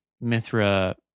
Mithra